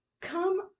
Come